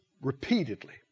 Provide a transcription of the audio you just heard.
repeatedly